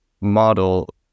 model